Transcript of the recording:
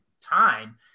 time